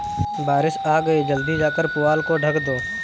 बारिश आ गई जल्दी जाकर पुआल को ढक दो